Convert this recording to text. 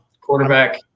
Quarterback